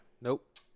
Nope